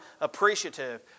appreciative